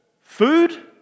food